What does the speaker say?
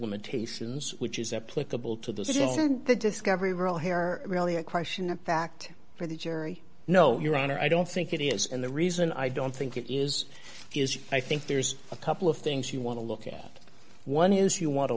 limitations which is applicable to this isn't the discovery real hair are really a question of fact for the jury no your honor i don't think it is and the reason i don't think it is is i think there's a couple of things you want to look at one is you want to